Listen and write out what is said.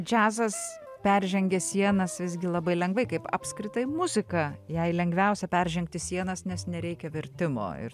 džiazas peržengė sienas visgi labai lengvai kaip apskritai muzika jai lengviausia peržengti sienas nes nereikia vertimo ir